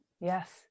Yes